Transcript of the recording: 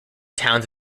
towns